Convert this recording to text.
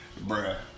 bruh